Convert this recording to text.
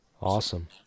Awesome